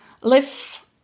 live